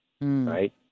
right